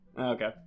okay